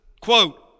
quote